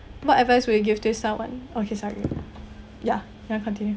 what advice would you give to someone okay sorry ya you want continue